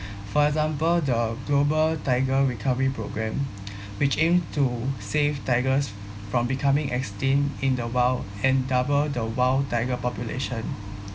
for example the global tiger recovery programme which aims to save tigers from becoming extinct in the wild and double the wild tiger population